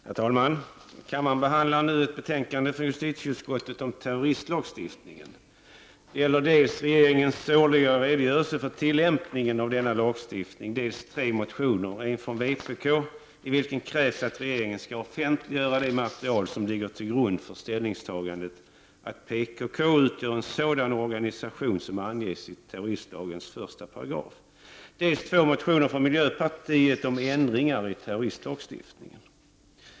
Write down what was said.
Herr talman! Kammaren behandlar nu ett betänkande från justitieutskottet om terroristlagstiftningen. Det gäller dels regeringens årliga redogörelse för tillämpningen av denna lagstiftning, dels tre motioner — en motion från vpk, i vilken det krävs att regeringen skall offentliggöra det material som ligger till grund för ställningstagandet att PKK utgör en sådan organisation som anges i terroristlagens 1 §, och två motioner från miljöpartiet om ändringar i terroristlagstiftningen.